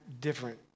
different